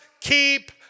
keep